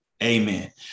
Amen